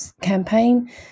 campaign